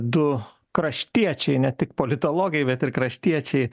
du kraštiečiai ne tik politologai bet ir kraštiečiai